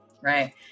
right